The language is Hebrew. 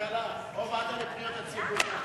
כלכלה או הוועדה לפניות הציבור.